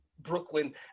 Brooklyn